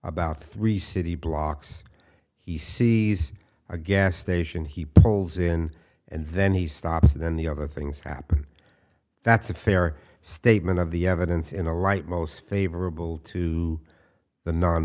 about three city blocks he sees a gas station he pulls in and then he stops and then the other things happen that's a fair statement of the evidence in the right most favorable to the